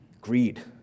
Greed